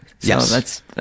Yes